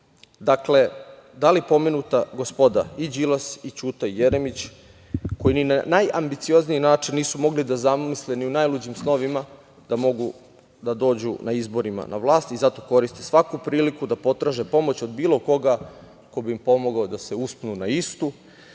da li pomenuta gospoda i Đilas, Ćuta i Jeremić, koji ni na najambiciozniji način nisu mogli da zamisle ni u najluđim snovima da mogu da dođu na izborima na vlast i zato koriste svaku priliku da potraže pomoć od bilo koga ko bi im pomogao da se uspnu na istu